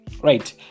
right